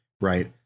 right